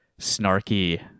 snarky